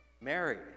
Mary